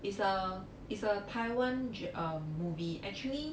it's a it's a taiwan uh movie actually